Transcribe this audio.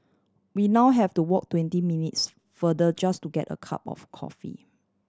we now have to walk twenty minutes farther just to get a cup of coffee